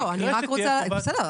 למקרה שתהיה חובת בידוד --- בסדר.